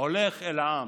הולך אל העם.